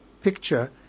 picture